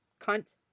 cunt